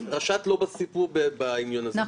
רש"ת לא בסיפור בעניין הזה.